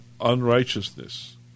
unrighteousness